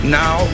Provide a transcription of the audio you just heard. now